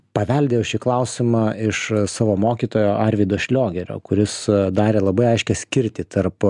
paveldėjau šį klausimą iš savo mokytojo arvydo šliogerio kuris darė labai aiškią skirtį tarp